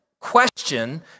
question